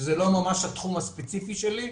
שזה לא ממש התחום הספציפי שלי,